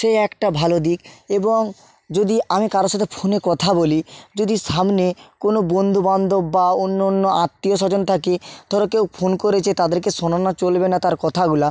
সেই একটা ভালো দিক এবং যদি আমি কারো সাথে ফোনে কথা বলি যদি সামনে কোনো বন্ধুবান্ধব বা অন্য অন্য আত্মীয় স্বজন থাকে ধর কেউ ফোন করেছে তাদেরকে শোনানো চলবে না তার কথাগুলা